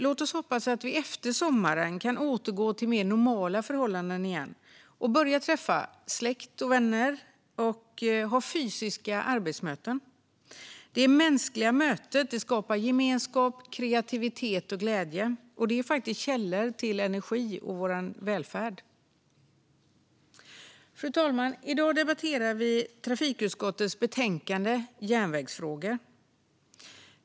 Låt oss hoppas att vi efter sommaren kan återgå till mer normala förhållanden igen och börja träffa släkt och vänner och ha fysiska arbetsmöten. Det mänskliga mötet skapar gemenskap, kreativitet och glädje. Det är faktiskt källor till energi och vår välfärd. Fru talman! I dag debatterar vi trafikutskottets betänkande Järnvägsfrågor .